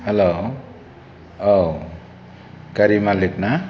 हेल' औ गारि मालिक ना